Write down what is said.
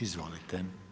Izvolite.